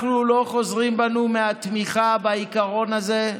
אנחנו לא חוזרים בנו מהתמיכה בעיקרון הזה,